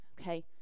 okay